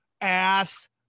ass